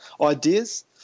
ideas